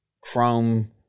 Chrome